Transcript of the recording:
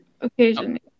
occasionally